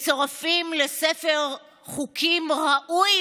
מצורפים לספר חוקים ראוי